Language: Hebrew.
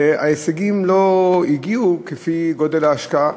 וההישגים לא הגיעו כפי גודל ההשקעה,